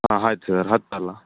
ಹಾಂ ಆಯ್ತ್ ಸರ್ ಹತ್ತಲ್ಲ